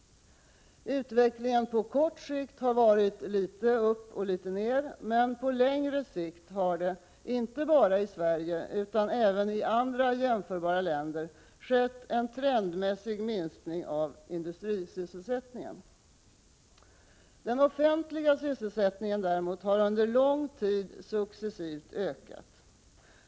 Utvecklingen på kort sikt har varit litet upp och ner, men på längre sikt har det, inte bara i Sverige utan även i andra jämförbara länder, skett en trendmässig minskning av industrisysselsättningen. Den offentliga sysselsättningen har däremot under lång tid successivt ökat.